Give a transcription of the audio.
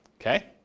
Okay